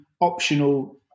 Optional